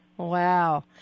Wow